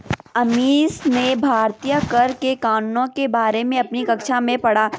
अमीश ने भारतीय कर के कानूनों के बारे में अपनी कक्षा में पढ़ा